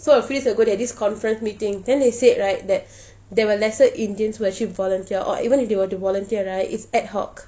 so a few days ago they have this conference meeting then they said right that they were lesser indians who actually volunteer or even if they were to volunteer right it's ad hoc